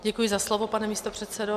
Děkuji za slovo, pane místopředsedo.